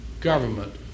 government